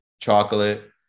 chocolate